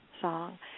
song